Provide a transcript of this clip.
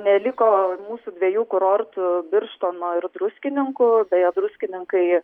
neliko mūsų dviejų kurortų birštono ir druskininkų druskininkai